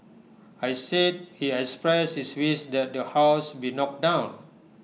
I said he expressed his wish that the house be knocked down